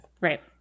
Right